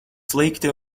slikti